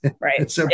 Right